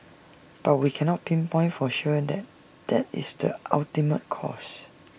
but we cannot pinpoint for sure that that is the ultimate cause